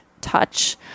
touch